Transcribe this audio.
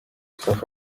safi